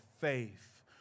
faith